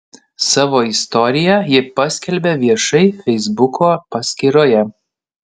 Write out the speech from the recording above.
savo istoriją ji paskelbė viešai feisbuko paskyroje